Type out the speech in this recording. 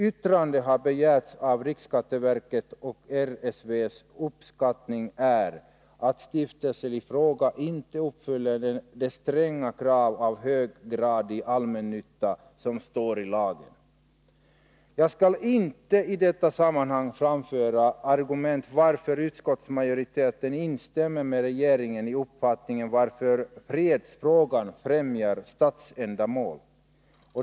Utskottet har begärt yttrande av riksskatteverket, och riksskatteverkets uppfattning är att stiftelsen i fråga inte uppfyller de stränga krav beträffande höggradig allmännytta som anges i lagen. Jag skall inte i detta sammanhang framföra argument för varför utskottsmajoriteten instämmer med regeringen i uppfattningen att fredsfrågan främjar statsändamål.